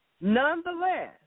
Nonetheless